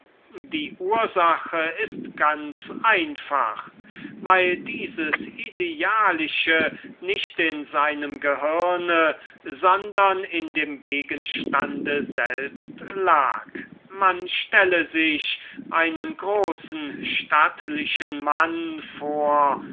die ursache ist ganz simpel weil dieses idealische nicht in seinem gehirne sondern in dem gegenstande selbst war stellet euch einen großen stattlichen mann vor